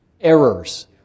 errors